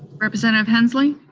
representative hensley?